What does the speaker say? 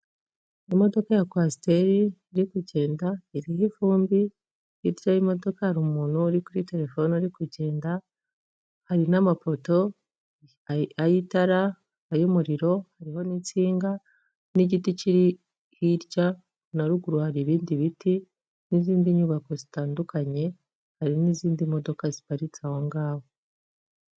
Imodoka ya kwasiteri iri kugenda iriho ivumbi, hirya y'imodoka hari umuntu uri kuri telefone uri kugenda hari n'amapoto ay'itara ay'umuriro hariho n'insinga n'igiti kiri hirya na ruguru hari ibindi biti n'izindi nyubako zitandukanye hari n'izindi modoka ziparitse ahongaho.